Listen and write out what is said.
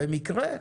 במקרה?